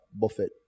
Buffett